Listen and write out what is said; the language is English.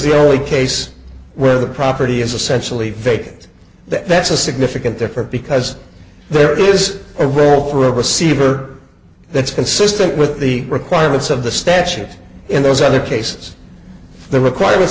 the only case where the property is essentially vacant that's a significant difference because there is a role for a receiver that's consistent with the requirements of the statute in those other cases the requirements